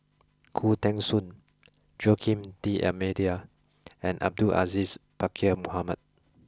Khoo Teng Soon Joaquim D'almeida and Abdul Aziz Pakkeer Mohamed